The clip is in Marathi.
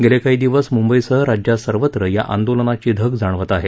गेले काही दिवस मुंबईसह राज्यात सर्वत्र या आंदोलनाची धग जाणवत आहे